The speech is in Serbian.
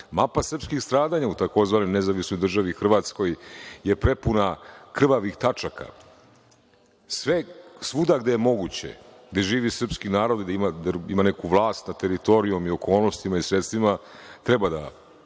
Mapa srpskih stradanja u tzv. Nezavisnoj Državi Hrvatskoj je prepuna krvavih tačaka. Svuda gde je moguće, gde živi srpski narod, gde ima neku vlast nad teritorijom, okolnostima i sredstvima, treba da